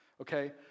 okay